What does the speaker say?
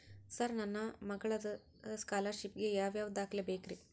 Sir ನನ್ನ ಮಗ್ಳದ scholarship ಗೇ ಯಾವ್ ಯಾವ ದಾಖಲೆ ಬೇಕ್ರಿ?